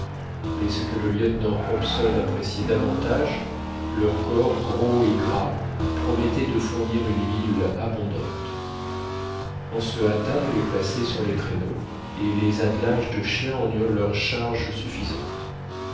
mais ce que le lieutenant hobson appréciait davantage leur corps gros et gras promettait de fournir une huile abondante on se hâta de les placer sur les traîneaux et les attelages de chiens en eurent leur charge suffisante